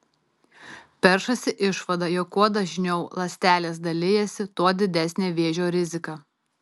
peršasi išvada jog kuo dažniau ląstelės dalijasi tuo didesnė vėžio rizika